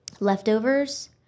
leftovers